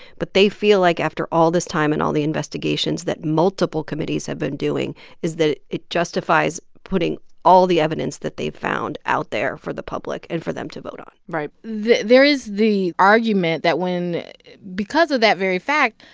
but they feel like after all this time and all the investigations that multiple committees have been doing is that it justifies putting all the evidence that they've found out there for the public and for them to vote on right. there is the argument that when because of that very fact,